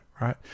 right